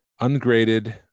ungraded